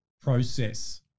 process